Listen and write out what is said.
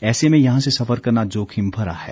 ऐसे में यहां से सफर करना जोखिम भरा है